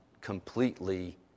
completely